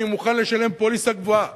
אני מוכן לשלם פוליסה גבוהה